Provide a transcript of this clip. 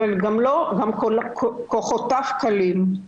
אבל גם כוחותיו כלים.